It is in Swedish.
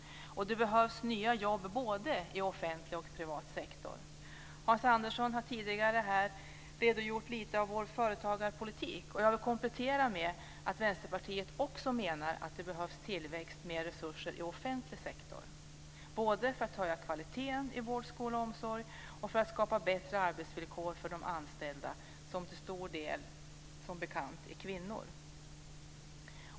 Det behövs nya jobb både i offentlig och privat sektor. Hans Andersson har tidigare redogjort för vår företagarpolitik. Jag vill komplettera med att Vänsterpartiet också menar att det behövs tillväxt och mer resurser i offentlig sektor. Det behövs både för att höja kvaliteten i vården, skolan och omsorgen och för att skapa bättre arbetsvillkor för de anställda, som till stor del som bekant är kvinnor.